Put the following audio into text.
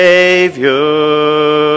Savior